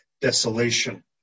desolation